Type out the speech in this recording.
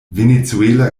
venezuela